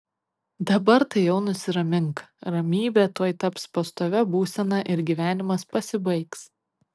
dabar tai jau nusiramink ramybė tuoj taps pastovia būsena ir gyvenimas pasibaigs